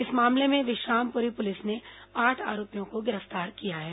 इस मामले में विश्रामपुरी पुलिस ने आठ आरोपियों को गिरफ्तार किया है